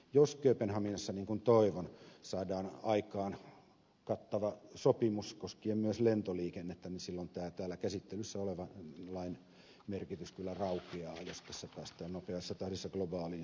jos kööpenhaminassa niin kuin toivon saadaan aikaan kattava sopimus koskien myös lentoliikennettä niin silloin tämän täällä käsittelyssä olevan lain merkitys kyllä raukeaa jos tässä päästään nopeassa tahdissa globaaliin systeemiin